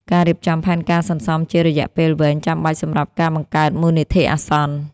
ការរៀបចំផែនការសន្សំជារយៈពេលវែងចាំបាច់សម្រាប់ការបង្កើតមូលនិធិអាសន្ន។